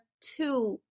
two